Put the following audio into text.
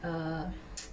err